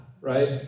right